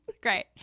Great